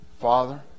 Father